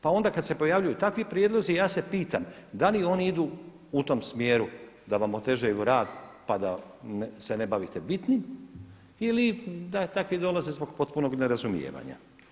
Pa onda kada se pojavljuju takvi prijedlozi, ja se pitam da li oni idu u tom smjeru da vam otežaju rad pa da se ne bavite bitnim ili da takvi dolaze do potpunog nerazumijevanja?